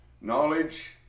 knowledge